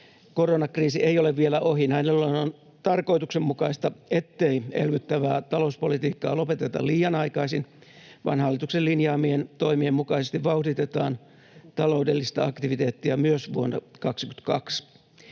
koronakriisi ei ole vielä ohi. Näin ollen on tarkoituksenmukaista, ettei elvyttävää talouspolitiikkaa lopeteta liian aikaisin vaan hallituksen linjaamien toimien mukaisesti vauhditetaan taloudellista aktiviteettia myös vuonna 22.